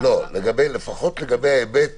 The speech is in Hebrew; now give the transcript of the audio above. לפחות לגבי ההיבט